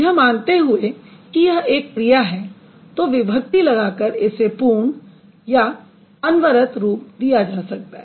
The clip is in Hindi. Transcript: यह मानते हुए की यह एक क्रिया है तो विभक्ति लगाकर इसे पूर्ण या अनवरत रूप दिया जा सकता है